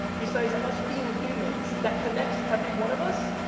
besides us being humans, that connects every one of us,